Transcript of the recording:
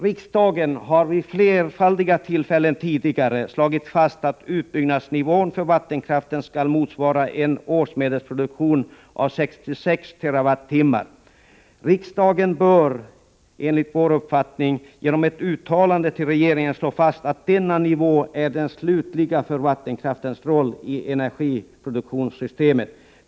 Riksdagen har vid flera tillfällen tidigare slagit fast att utbyggnadsnivån för vattenkraft skall motsvara en årsmedelproduktion av 66 TWh. Riksdagen bör enligt vår uppfattning genom ett uttalande till regeringen slå fast att denna nivå är den slutliga för vattenkraftens roll i energiproduktionssystemet.